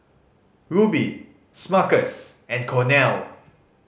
Rubi Smuckers and Cornell